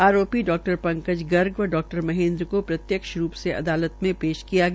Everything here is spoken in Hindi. आरोपी डा पकंज गर्ग व डा महेन्द्र को प्रत्यक्ष रूप से अदालत में पेश किया गया